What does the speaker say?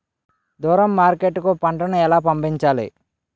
దూరం మార్కెట్ కు పంట ను ఎలా పంపించాలి?